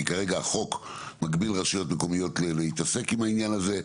כי כרגע החוק מגביל רשויות מקומיות להתעסק עם העניין הזה.